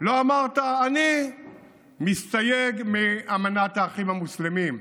לא אמרת: אני מסתייג מאמנת האחים המוסלמים,